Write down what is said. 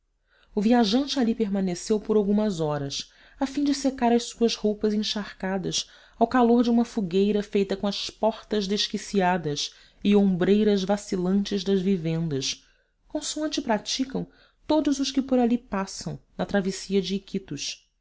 o viajante ali permaneceu por algumas horas a fim de secar as suas roupas encharcadas ao calor de uma fogueira feita com as portas desquiciadas e ombreiras vacilantes das vivendas consoante praticam todos os que por ali passam na travessia de iquitos